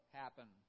happen